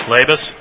Labus